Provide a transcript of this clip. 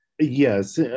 Yes